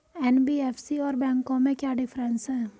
NBFC और बैंकों में क्या डिफरेंस है?